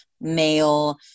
male